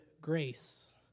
grace